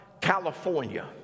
California